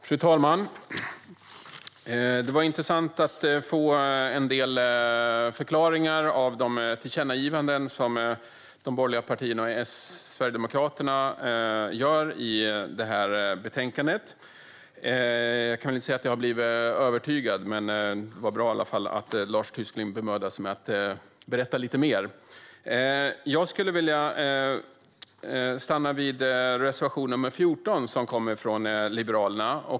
Fru talman! Det var intressant att få en del förklaringar av de tillkännagivanden som de borgerliga partierna och Sverigedemokraterna gör i betänkandet. Jag kan inte säga att jag har blivit övertygad, men det var i alla fall bra att Lars Tysklind bemödade sig att berätta lite mer. Jag tänker uppehålla mig vid reservation 14 från Liberalerna.